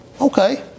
okay